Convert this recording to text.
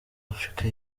afurika